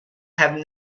have